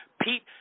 Pete